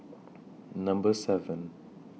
Number seven